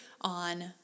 on